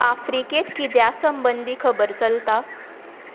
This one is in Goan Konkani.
आफ्रिकेंत किद्या संबंदी खबर चलता